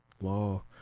law